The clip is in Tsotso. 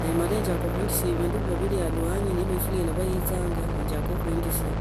Ne male enjaka khunjisia evindu nivili alwanyi ifula ilava niyitsanga enjake okhuinjisia